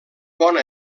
bona